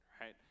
right